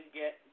get